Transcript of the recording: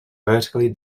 vertically